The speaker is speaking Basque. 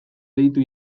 deitu